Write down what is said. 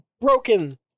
broken